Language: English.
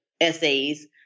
essays